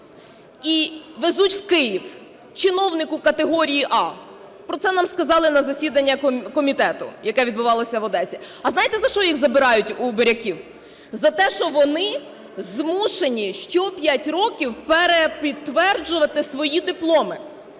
і везуть в Київ чиновнику категорії "А". Про це нам сказали на засіданні комітету, яке відбувалося в Одесі. А знаєте за що їх забирають у моряків? За те, що вони змушені щоп'ять років перепідтверджувати свої дипломи.